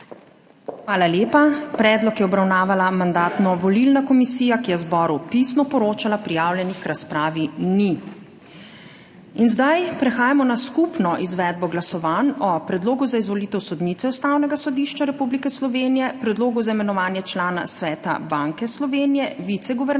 Hvala lepa. Predlog je obravnavala Mandatno-volilna komisija, ki je zboru pisno poročala. Prijavljenih k razpravi ni. Prehajamo na skupno izvedbo glasovanj o predlogu za izvolitev sodnice Ustavnega sodišča Republike Slovenije, predlogu za imenovanje člana Sveta Banke Slovenije - viceguvernerja